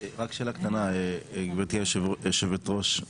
רק שאלה קטנה, גברתי היושבת ראש.